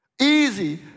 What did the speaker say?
Easy